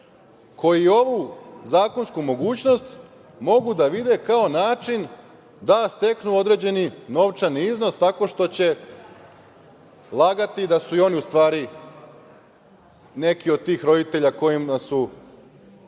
koji ovu zakonsku mogućnost mogu da vide kao način da steknu određeni novčani iznos tako što će lagati da su i oni u stvari neki od tih roditelja kojima su